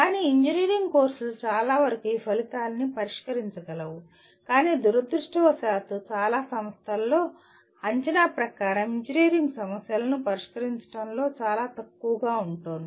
కానీ ఇంజనీరింగ్ కోర్సులు చాలావరకు ఈ ఫలితాన్ని పరిష్కరించగలవు కానీ దురదృష్టవశాత్తు చాలా సంస్థలలో అంచనా ప్రకారం ఇంజనీరింగ్ సమస్యలను పరిష్కరించడంలో చాలా తక్కువగా ఉంటుంది